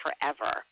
forever